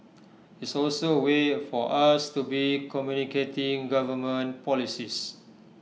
it's also A way for us to be communicating government policies